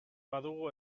badugu